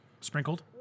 Sprinkled